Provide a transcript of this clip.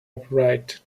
upright